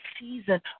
season